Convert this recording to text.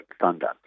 thunder